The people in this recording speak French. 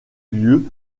lieu